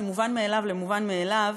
ממובן מאליו למובן מאליו,